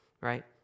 right